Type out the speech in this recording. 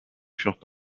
furent